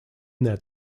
that